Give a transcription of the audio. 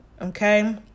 okay